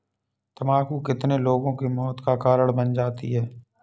तम्बाकू कितने लोगों के मौत का कारण बन जाती है